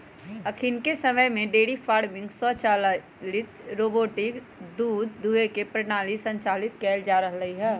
अखनिके समय में डेयरी फार्मिंग स्वचालित रोबोटिक दूध दूहे के प्रणाली संचालित कएल जा रहल हइ